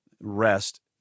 rest